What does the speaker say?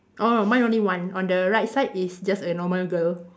orh mine only one on the right side is just a normal girl